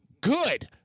good